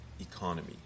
economy